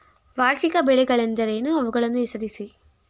ವಾರ್ಷಿಕ ಬೆಳೆಗಳೆಂದರೇನು? ಅವುಗಳನ್ನು ಹೆಸರಿಸಿ?